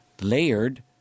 layered